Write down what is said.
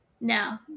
No